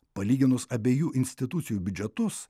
palyginus abiejų institucijų biudžetus